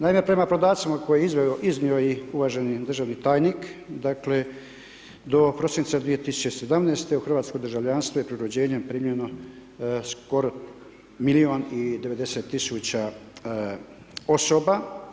Naime, prema podacima koje je iznio i uvaženi državni tajnik dakle do prosinca 2017. u hrvatsko državljanstvo je pri rođenjem primljeno skoro milijun i 90 tisuća osoba.